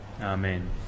Amen